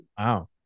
wow